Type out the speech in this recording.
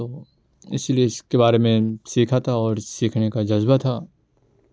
تو اس لیے اس کے بارے میں سیکھا تھا اور سیکھنے کا جذبہ تھا